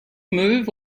move